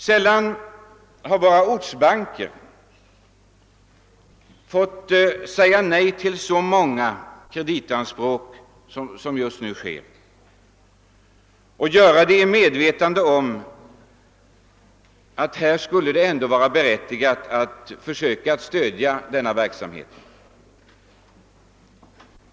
Sällan har våra ortsbanker fått säga nej till så många kreditanspråk som just nu är fallet, och de får göra det trots medvetandet om att det ändå skulle vara berättigat att stödja denna verksamhet.